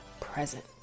present